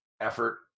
effort